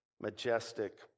majestic